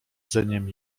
dzeniem